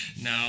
No